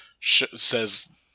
says